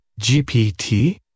GPT